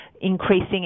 increasing